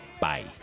Bye